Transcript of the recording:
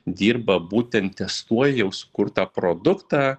dirba būtent testuoja jau sukurtą produktą